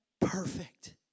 Perfect